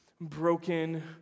broken